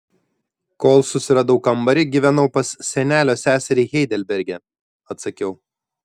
kol susiradau kambarį gyvenau pas senelio seserį heidelberge atsakiau